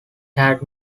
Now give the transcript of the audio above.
had